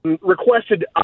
requested